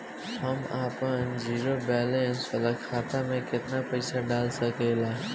हम आपन zero balance वाला खाता मे केतना पईसा डाल सकेला?